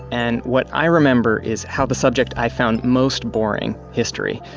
and what i remember is how the subject i found most boring, history,